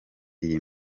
iyi